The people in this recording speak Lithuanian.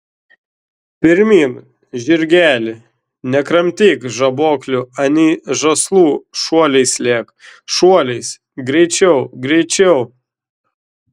pirmyn žirgeli nekramtyk žaboklių anei žąslų šuoliais lėk šuoliais greičiau greičiau